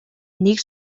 нэг